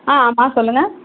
ஆ ஆமாம் சொல்லுங்கள்